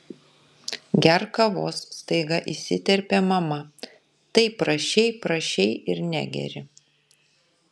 gerk kavos staiga įsiterpė mama taip prašei prašei ir negeri